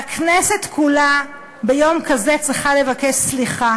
והכנסת כולה, ביום כזה, צריכה לבקש סליחה